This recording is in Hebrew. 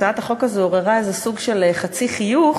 הצעת החוק הזאת עוררה איזה סוג של חצי חיוך,